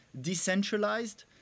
decentralized